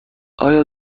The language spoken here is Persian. آیا